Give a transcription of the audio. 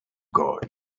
god